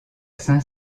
saint